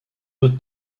doute